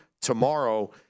tomorrow